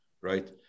right